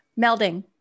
melding